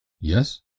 Yes